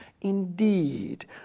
Indeed